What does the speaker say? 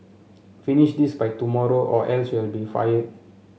finish this by tomorrow or else you'll be fired